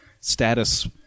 status